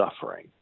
suffering